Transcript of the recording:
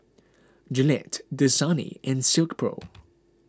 Gillette Dasani and Silkpro